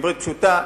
בעברית פשוטה,